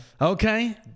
Okay